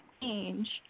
change